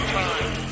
time